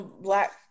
Black